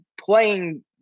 playing